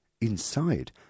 Inside